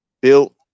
built